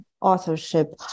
authorship